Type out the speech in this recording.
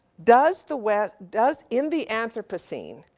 does the wes, does, in the anthropocene,